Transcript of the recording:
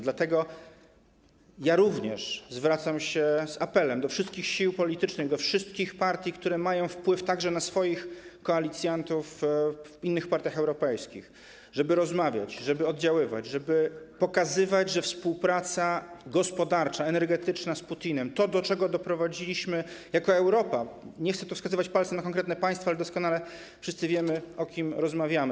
Dlatego ja również zwracam się z apelem do wszystkich sił politycznych, do wszystkich partii, które mają wpływ także na swoich koalicjantów w innych partiach europejskich, żeby rozmawiać, żeby oddziaływać, żeby pokazywać, że współpraca gospodarcza, energetyczna z Putinem, to, do czego doprowadziliśmy jako Europa - nie chcę tu wskazywać palcem na konkretne państwa, ale wszyscy doskonale wiemy, o kim rozmawiamy.